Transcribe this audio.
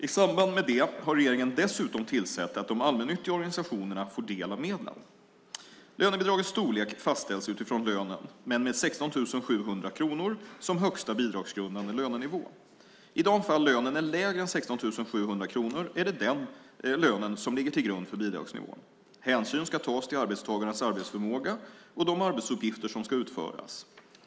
I samband med det har regeringen dessutom tillsett att de allmännyttiga organisationerna får del av medlen. Lönebidragets storlek fastställs utifrån lönen men med 16 700 kronor som högsta bidragsgrundande lönenivå. I de fall lönen är lägre än 16 700 kronor är det den lönen som ligger till grund för bidragsnivån. Hänsyn ska tas till arbetstagarens arbetsförmåga och de arbetsuppgifter som ska utföras.